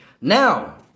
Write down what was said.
Now